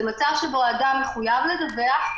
זה מצב שבו אדם מחויב לדווח,